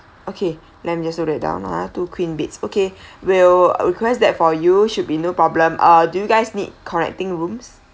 okay let me just note that down ah two queen beds okay we'll request that for you should be no problem ah do guys need connecting rooms